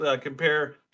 compare